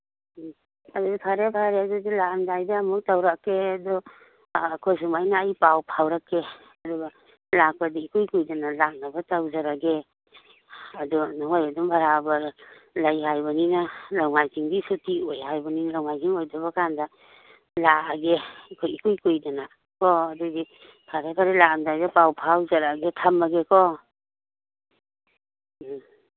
ꯎꯝ ꯑꯗꯨꯗꯤ ꯐꯔꯦ ꯐꯔꯦ ꯑꯗꯨꯗꯤ ꯂꯥꯛꯑꯝꯗꯥꯏꯗ ꯑꯃꯨꯛ ꯇꯧꯔꯛꯀꯦ ꯑꯗꯨ ꯑꯩꯈꯣꯏ ꯁꯨꯃꯥꯏꯅ ꯑꯩ ꯄꯥꯎ ꯐꯥꯎꯔꯛꯀꯦ ꯑꯗꯨꯒ ꯂꯥꯛꯞꯗꯤ ꯏꯀꯨꯏ ꯀꯨꯏꯗꯅ ꯂꯥꯛꯅꯕ ꯇꯧꯖꯔꯒꯦ ꯑꯗꯨ ꯅꯈꯣꯏ ꯑꯗꯨꯝ ꯕꯔꯥꯕꯔ ꯂꯩ ꯍꯥꯏꯕꯅꯤꯅ ꯅꯣꯡꯃꯥꯏꯖꯤꯡꯗꯤ ꯁꯨꯇꯤ ꯑꯣꯏ ꯍꯥꯏꯕꯅꯤꯅ ꯅꯣꯡꯃꯥꯏꯖꯤꯡ ꯑꯣꯏꯗꯕ ꯀꯥꯟꯗ ꯂꯥꯛꯑꯒꯦ ꯑꯩꯈꯣꯏ ꯏꯀꯨꯏ ꯀꯨꯏꯗꯅꯀꯣ ꯑꯗꯨꯗꯤ ꯐꯔꯦ ꯐꯔꯦ ꯂꯥꯛꯑꯝꯗꯥꯏꯗ ꯄꯥꯎ ꯐꯥꯎꯖꯔꯛꯑꯒꯦ ꯊꯝꯃꯒꯦꯀꯣ ꯎꯝ